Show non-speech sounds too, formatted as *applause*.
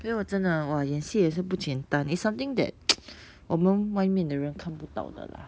then 我真的 !wah! 演戏也是不简单 is something that *noise* 我们外面的人看不到的啦